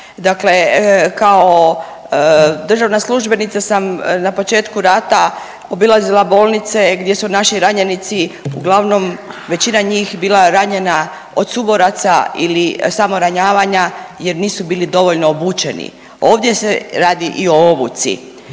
Dakle, kao državna službenica sam na početku rata obilazila bolnice gdje su naši ranjenici uglavnom većina njih bila ranjena od suboraca ili samoranjavanja jer nisu bili dovoljno obučeni. Ovdje se radi i o obuci.